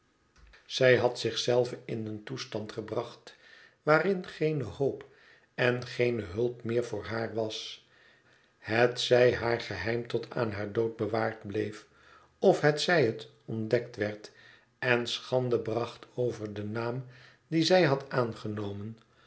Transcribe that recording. zij had zich zelve in een toestand gebracht waarin geene hoop en geene hulp meer voor haar was hetzij haar geheim tot aan haar dood bewaard bleef of hetzij het ontdekt werd en schande bracht over den naam dien zij had aangenomen